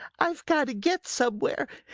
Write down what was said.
i've got to get somewhere!